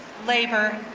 labor,